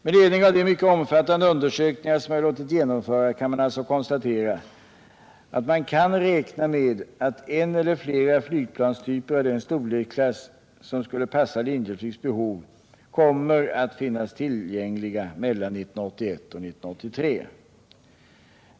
Med ledning av de mycket omfattande undersökningar som jag låtit genomföra kan alltså konstateras att man kan räkna med att en eller flera flygplanstyper av den storleksklass som skulle passa Linjeflygs behov kommer att finnas tillgängliga mellan 1981 och 1983.